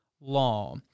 law